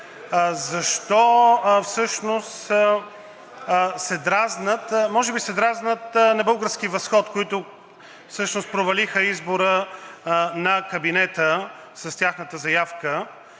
Може би се дразнят на „Български възход“, които всъщност провалиха избора на кабинета с тяхната заявка,